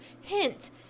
hint